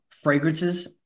fragrances